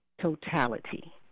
totality